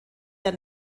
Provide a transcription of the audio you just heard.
der